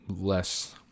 less